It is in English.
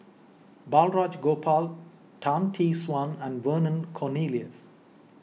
Balraj Gopal Tan Tee Suan and Vernon Cornelius